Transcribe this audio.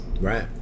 Right